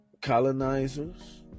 colonizers